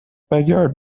backyard